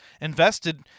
invested